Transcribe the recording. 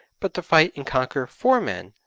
but to fight and conquer for men,